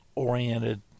oriented